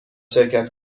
شرکت